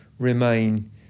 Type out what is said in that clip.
remain